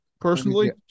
personally